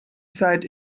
zeit